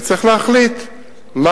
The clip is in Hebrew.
וצריך להחליט,